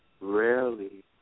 Rarely